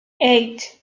eight